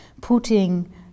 putting